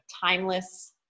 timeless